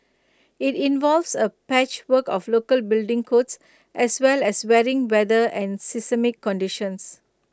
IT involves A patchwork of local building codes as well as varying weather and seismic conditions